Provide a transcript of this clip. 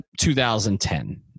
2010